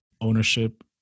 ownership